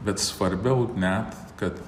bet svarbiau net kad